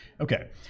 okay